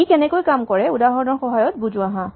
ই কেনেকৈ কাম কৰে উদাহৰণৰ সহায়ত বুজো আহা